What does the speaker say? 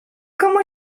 komu